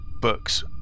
books